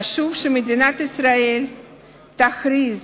חשוב שמדינת ישראל תכריז